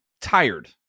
tired